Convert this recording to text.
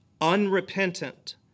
unrepentant